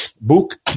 book